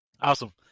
awesome